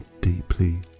deeply